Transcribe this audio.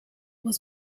was